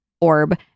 orb